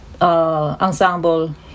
ensemble